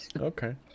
Okay